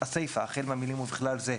הסיפה החל במילים "ובכלל זה"